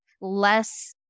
less